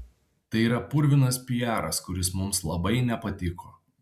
tai yra purvinas piaras kuris mums labai nepatiko